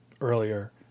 earlier